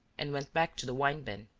and went back to the wine-bin.